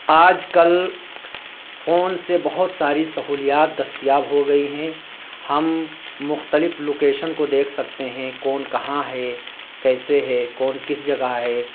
آج کل فون سے بہت ساری سہولیات دستیاب ہو گئی ہیں ہم مختلف لوکیشن کو دیکھ سکتے ہیں کون کہاں ہے کیسے ہے کون کس جگہ ہے